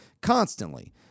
constantly